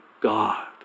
God